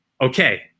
okay